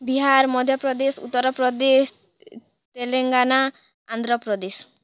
Bihar Madhya Pradesh Uttar Pradesh Telangana Andhra Pradesh